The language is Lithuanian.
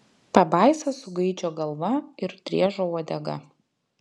pabaisa su gaidžio galva ir driežo uodega